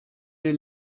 den